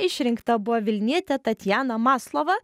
išrinkta buvo vilnietė tatjana maslova